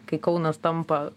kai kaunas tampa